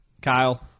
Kyle